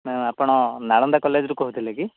ma'am ଆପଣ ନାଳନ୍ଦା କଲେଜ୍ରୁ କହୁଥିଲେ କି